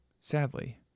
Sadly